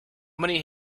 many